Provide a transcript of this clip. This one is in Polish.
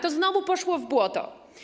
To znowu poszło w błoto.